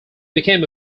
became